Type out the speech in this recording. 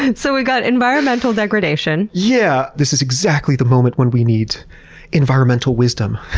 and so we got environmental degradation. yeah, this is exactly the moment when we need environmental wisdom,